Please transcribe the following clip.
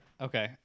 Okay